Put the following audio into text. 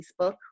Facebook